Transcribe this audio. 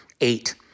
Eight